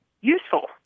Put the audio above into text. useful